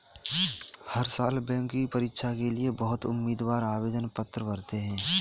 हर साल बैंक की परीक्षा के लिए बहुत उम्मीदवार आवेदन पत्र भरते हैं